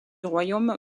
royaume